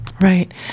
Right